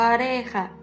Oreja